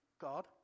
God